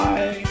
Bye